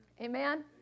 Amen